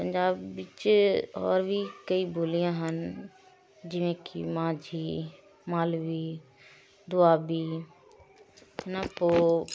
ਪੰਜਾਬ ਵਿੱਚ ਹੋਰ ਵੀ ਕਈ ਬੋਲੀਆਂ ਹਨ ਜਿਵੇਂ ਕਿ ਮਾਝੀ ਮਾਲਵੀ ਦੁਆਬੀ ਹੈ ਨਾ ਪੋ